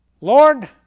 Lord